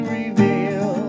reveal